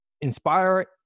inspire